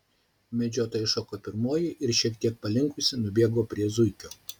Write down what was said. medžiotoja iššoko pirmoji ir šiek tiek palinkusi nubėgo prie zuikio